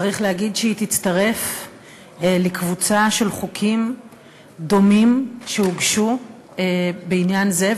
צריך להגיד שהיא תצטרף לקבוצה של חוקים דומים שהוגשו בעניין זה,